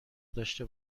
داشته